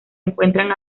encuentran